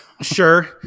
Sure